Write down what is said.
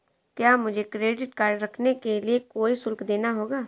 क्या मुझे credit card रखने के लिए कोई शुल्क देना होगा?